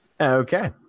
Okay